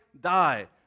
die